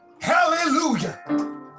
hallelujah